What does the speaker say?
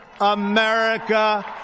America